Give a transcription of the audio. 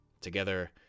Together